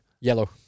Yellow